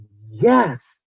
yes